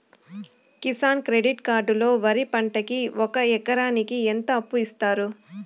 Kisan credit card లో వరి పంటకి ఒక ఎకరాకి ఎంత అప్పు ఇస్తారు?